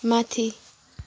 माथि